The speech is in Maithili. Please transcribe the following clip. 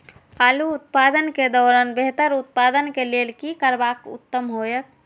आलू उत्पादन के दौरान बेहतर उत्पादन के लेल की करबाक उत्तम होयत?